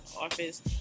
office